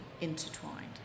intertwined